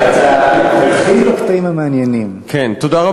לא תצליח,